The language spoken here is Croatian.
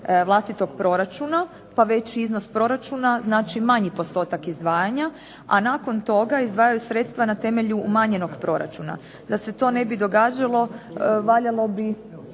vlastitog proračuna pa veći iznos proračuna znači manji postotak izdavanja, a nakon toga izdvajaju sredstva na temelju umanjenog proračuna. Da se to ne bi događalo valjalo bi